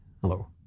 Hello